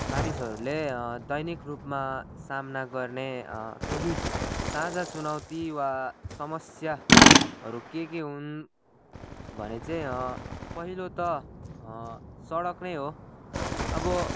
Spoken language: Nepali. मानिसहरूले दैनिक रूपमा सामना गर्ने केही साझा चुनौती वा समस्याहरू के के हुन् भने चाहिँ पहिलो त सडक नै हो अब